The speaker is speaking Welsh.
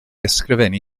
ysgrifennu